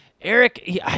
Eric